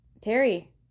Terry